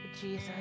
Jesus